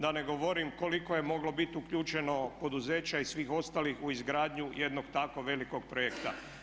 Da ne govorim koliko je moglo biti uključeno poduzeća i svih ostalih u izgradnju jednog tako velikog projekta.